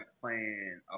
playing